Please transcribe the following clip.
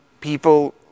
people